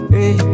Hey